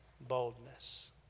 boldness